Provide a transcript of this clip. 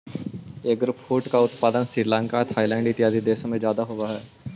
eggfruit का उत्पादन Sri Lanka Thailand इत्यादि देशों में ज्यादा होवअ हई